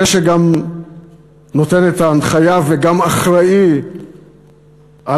זה שגם נותן את ההנחיה וגם אחראי לתקציב,